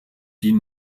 die